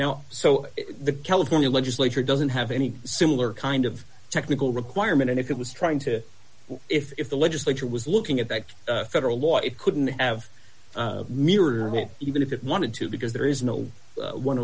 now so the california legislature doesn't have any similar kind of technical requirement and if it was trying to if the legislature was looking at that federal law it couldn't have mirror won't even if it wanted to because there is no one